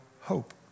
hope